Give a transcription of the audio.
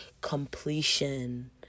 completion